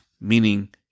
meaning